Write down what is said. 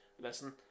Listen